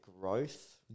growth